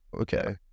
okay